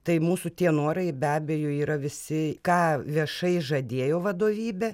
tai mūsų tie norai be abejo yra visi ką viešai žadėjo vadovybė